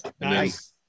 Nice